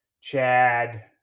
Chad